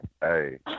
hey